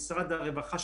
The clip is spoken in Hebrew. משרד האוצר במקרה זה,